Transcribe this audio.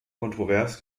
kontrovers